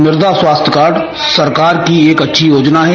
मृदा स्वास्थ्य कार्ड सरकार की एक अच्छी योजना है